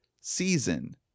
season